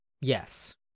yes